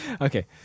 Okay